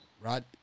Right